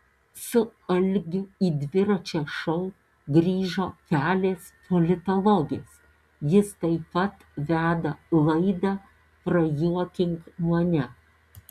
su algiu į dviračio šou grįžo pelės politologės jis taip pat veda laidą prajuokink mane